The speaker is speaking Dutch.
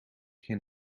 geen